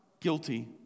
guilty